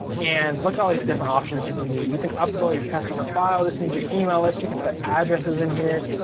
and look at all these different options you can do. you can upload your customer file, this means your email list. you can put addresses in here.